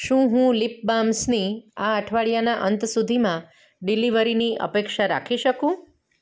શું હું લીપ બામ્સની આ અઠવાડિયાના અંત સુધીમાં ડિલિવરીની અપેક્ષા રાખી શકું